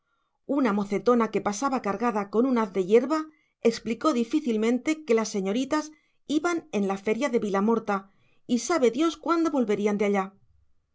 una mocetona que pasaba cargada con un haz de hierba explicó difícilmente que las señoritas iban en la feria de vilamorta y sabe dios cuándo volverían de allá